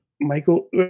Michael